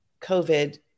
covid